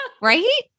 right